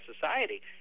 society